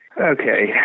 Okay